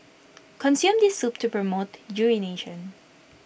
consume this soup to promote urination